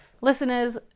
Listeners